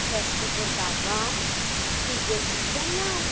फेस्त करता गांव पिरजंतीचें नांव